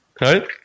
right